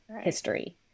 history